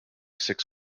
six